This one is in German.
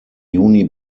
juni